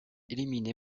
éliminé